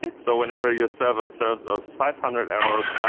yeah so whenever your service serves us five hundred errors,